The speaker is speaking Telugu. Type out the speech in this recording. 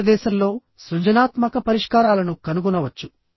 పని ప్రదేశంలో సృజనాత్మక పరిష్కారాలను కనుగొనవచ్చు